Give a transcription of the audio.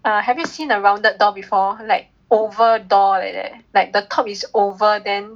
err have you seen a rounded door before like oval door like that like the top is oval then